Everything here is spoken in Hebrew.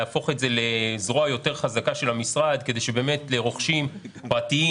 להפוך את זה לזרוע יותר חזקה של המשרד כדי שבאמת לרוכשים פרטיים